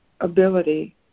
ability